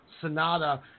Sonata